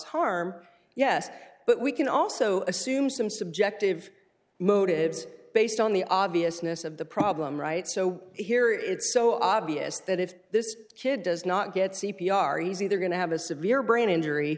harm yes but we can also assume some subjective motives based on the obviousness of the problem right so here it's so obvious that if this kid does not get c p r easy they're going to have a severe brain injury